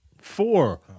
four